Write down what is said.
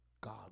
God